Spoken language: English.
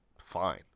fine